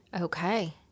Okay